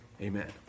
amen